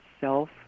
self